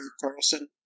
Carlson